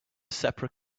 separate